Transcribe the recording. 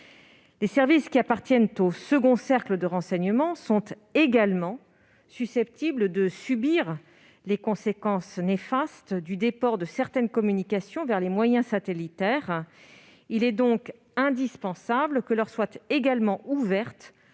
Les services appartenant au second cercle de renseignement sont également susceptibles de subir les conséquences néfastes du déport de certaines communications vers les moyens satellitaires. Il est donc indispensable que leur soit également ouverte